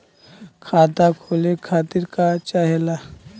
खाता खोले खातीर का चाहे ला?